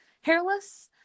hairless